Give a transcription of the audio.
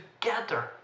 together